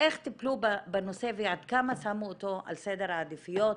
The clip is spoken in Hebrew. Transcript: איך טיפלו בנושא ועד כמה שמו אותו בסדר העדיפויות.